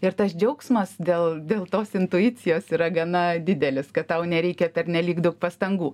ir tas džiaugsmas dėl dėl tos intuicijos yra gana didelis kad tau nereikia pernelyg daug pastangų